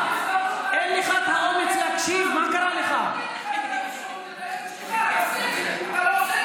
אין לך התעוזה להקשיב, אין לך האומץ להקשיב.